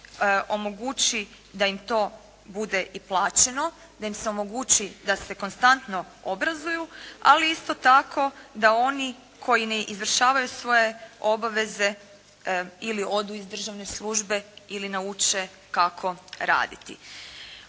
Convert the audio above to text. da im to bude i plaćeno, da im se omogući da se konstantno obrazuju, ali isto tako da oni koji ne izvršavaju svoje obaveze ili odu iz državne službe ili nauče kako raditi.